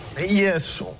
Yes